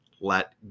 let